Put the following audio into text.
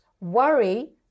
worry